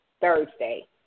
Thursday